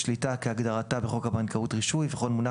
"שליטה" כהגדרתה בחוק הבנקאות (רישוי) וכל מונח